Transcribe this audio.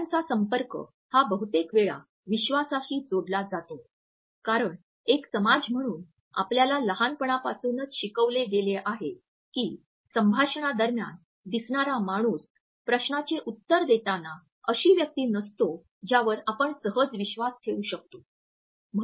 डोळ्यांचा संपर्क हा बहुतेक वेळा विश्वासाशी जोडला जातो कारण एक समाज म्हणून आपल्याला लहानपणापासूनच शिकवले गेले आहे की संभाषणादरम्यान दिसणारा माणूस प्रश्नाचे उत्तर देताना अशी व्यक्ती नसतो ज्यावर आपण सहज विश्वास ठेवू शकतो